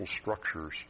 structures